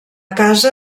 casa